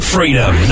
Freedom